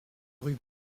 rue